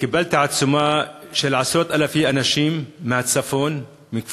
קיבלתי עצומה של עשרות-אלפי אנשים מהצפון, מכפרים,